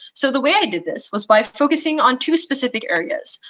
so the way i did this was by focusing on two specific areas.